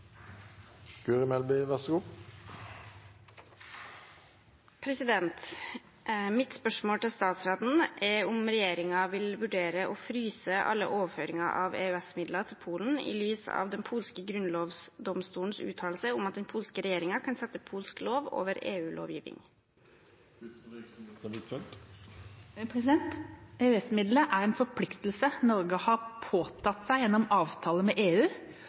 Polen i lys av den polske grunnlovsdomstolens uttalelse om at den polske regjeringen kan sette polsk lov over EU-lovgiving?» EØS-midlene er en forpliktelse Norge har påtatt seg gjennom avtale med EU